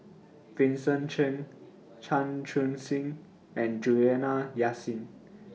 Vincent Cheng Chan Chun Sing and Juliana Yasin